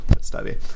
study